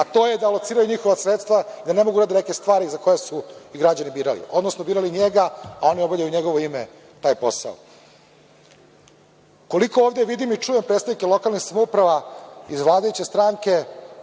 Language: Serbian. a to je da lociraju njihova sredstva, da ne mogu da urade neke stvari za koje su ih građani birali, odnosno birali njega, a oni obavljaju u njegovo ime taj posao. Koliko ovde vidim i čujem predstavnike lokalnih samouprava iz vladajuće stranke,